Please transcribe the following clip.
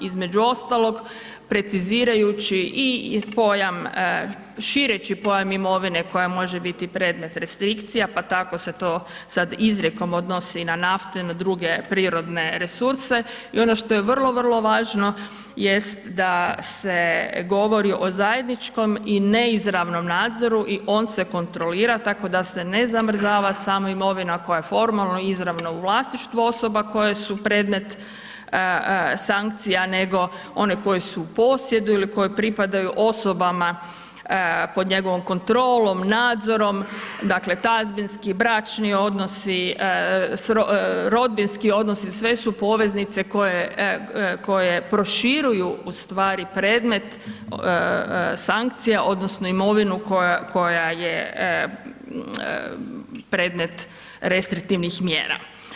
Između ostalog, precizirajući i pojam, šireći pojam imovine koja može biti predmet restrikcija, pa tako se to sad izrijekom odnosi na naftu i na druge prirodne resurse i ono što je vrlo, vrlo važno jest da se govori o zajedničkom i neizravnom nadzoru i on se kontrolira, tako da se ne zamrzava sama imovina koja je formalno i izravno u vlasništvu osoba koje su predmet sankcija nego one koje su u posjedu ili koje pripadaju osobama pod njegovom kontrolom, nadzorom, dakle, tazbinski, bračni odnosi, rodbinski odnosi, sve su poveznice koje proširuju u stvari predmet sankcija, odnosno imovinu koja je predmet restriktivnih mjera.